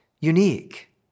unique